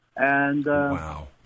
Wow